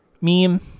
meme